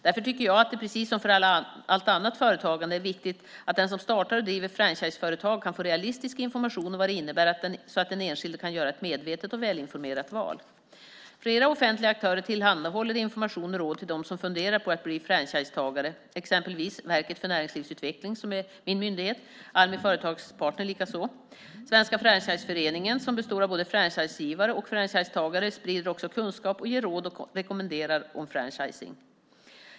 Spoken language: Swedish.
Därför tycker jag att det - precis som för allt annat företagande - är viktigt att den som startar och driver franchiseföretag kan få realistisk information om vad det innebär, så att den enskilde kan göra ett medvetet och välinformerat val. Flera offentliga aktörer tillhandahåller information och råd till dem som funderar på att bli franchisetagare, exempelvis Verket för näringslivsutveckling, Nutek, som är min myndighet, och Almi Företagspartner AB. Svenska Franchiseföreningen, som består av både franchisegivare och franchisetagare, sprider också kunskap och ger råd och rekommendationer om franchising.